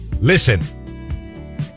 Listen